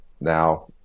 now